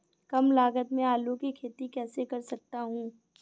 कम लागत में आलू की खेती कैसे कर सकता हूँ?